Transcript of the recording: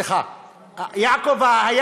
זה חיים הרצוג, סליחה.